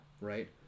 right